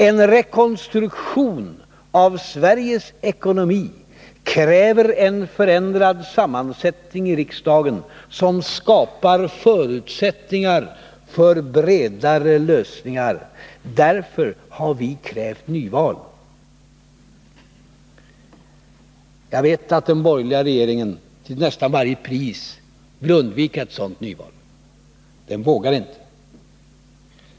En rekonstruktion av Sveriges ekonomi kräver en förändrad sammansättning i riksdagen som skapar förutsättningar för bredare lösningar. Därför har vi krävt nyval. Jag vet att den borgerliga regeringen till nästan varje pris vill undvika ett nyval. Den vågar inte ställa upp på ett sådant.